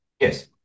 Yes